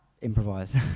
improvise